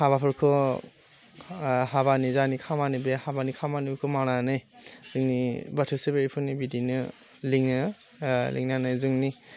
हाबाफोरखौ हाबानि जायनि खामानि बे हाबानि खामानिखौ मावनानै जोंनि बाथो सिबियारिफोरनि बिदिनो लिङो लिंनानै जोंनि